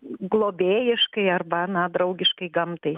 globėjiškai arba na draugiškai gamtai